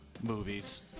Movies